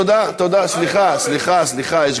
תודה, סליחה, סליחה, סליחה.